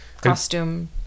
Costume